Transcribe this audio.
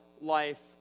life